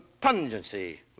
pungency